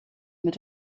mit